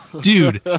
dude